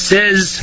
Says